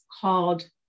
called